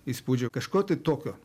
įspūdžio kažko tai tokio